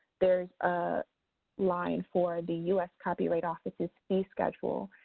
there's a line for the u s. copyright office's fee schedule.